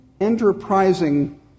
enterprising